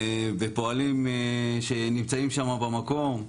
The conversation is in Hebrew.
בפועלים שנמצאים שמה במקום,